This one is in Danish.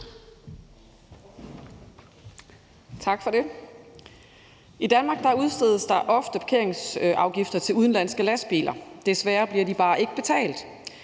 I Danmark udstedes der ofte parkeringsafgifter til udenlandske lastbiler. Desværre bliver de bare ikke betalt.